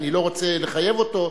אני לא רוצה לחייב אותו,